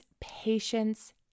patience